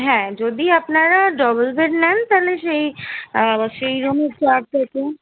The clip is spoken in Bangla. হ্যাঁ যদি আপনারা ডবল বেড নেন তাহলে সেই সেই রুমের চার্জ যত